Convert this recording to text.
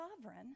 sovereign